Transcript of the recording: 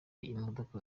imodoka